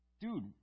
dude